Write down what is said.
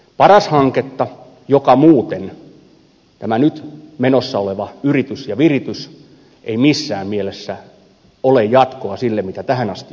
paras hanketta joka muuten tämä nyt menossa oleva yritys ja viritys ei missään mielessä ole jatkoa sille mitä tähän asti on tehty